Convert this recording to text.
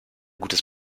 gutes